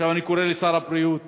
עכשיו אני קורא לשר הבריאות,